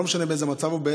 ולא משנה באיזה מצב הוא,